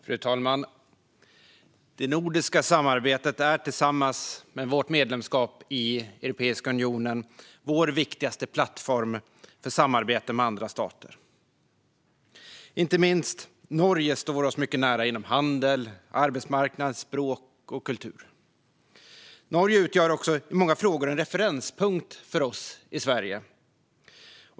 Fru talman! Det nordiska samarbetet är tillsammans med vårt medlemskap i Europeiska unionen vår viktigaste plattform för samarbete med andra stater. Inte minst Norge står oss mycket nära inom handel, arbetsmarknad, språk och kultur. Norge utgör också i många frågor en referenspunkt för oss i Sverige.